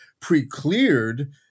pre-cleared